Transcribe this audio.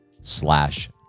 slash